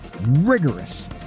rigorous